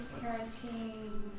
parenting